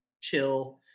chill